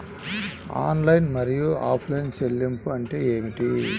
Online మరియు offline చెల్లింపులు అంటే ఏమిటి?